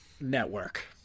network